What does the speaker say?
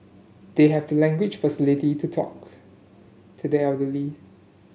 they have the language faculty to talk to the elderly